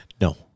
no